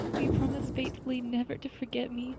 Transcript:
will you promise faithfully never to forget me,